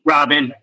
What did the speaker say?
Robin